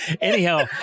anyhow